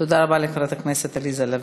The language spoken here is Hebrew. תודה רבה לחברת הכנסת עליזה לביא.